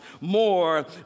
more